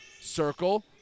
circle